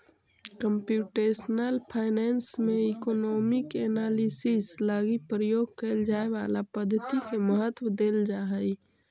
computational finance में economic analysis लगी प्रयोग कैल जाए वाला पद्धति के महत्व देल जा हई